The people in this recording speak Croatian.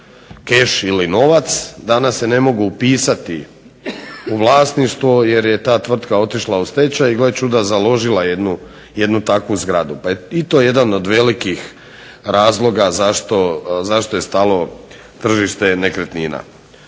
keš ili novac, danas se ne mogu upisati u vlasništvo jer je ta tvrtka otišla u stečaj i gle čuda založila jednu takvu zgradu. Pa je i to jedan od velikih razloga zašto je stalo tržište nekretnina.